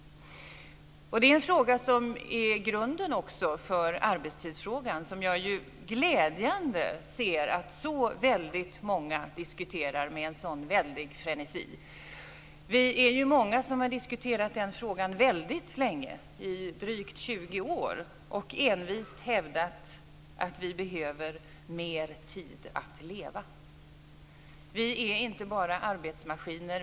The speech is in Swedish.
Detta är en fråga som också är grunden för arbetstidsfrågan. Det är glädjande att se att så många diskuterar den frågan med en sådan frenesi. Vi är många som har diskuterat den frågan länge, i drygt 20 år, och envist hävdat att vi behöver mer tid att leva. Vi är inte bara arbetsmaskiner.